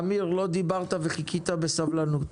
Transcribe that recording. אמיר, לא דיברת וחיכיתי בסבלנות.